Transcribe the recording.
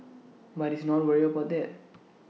but he's not worried about that